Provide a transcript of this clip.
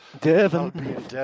Devon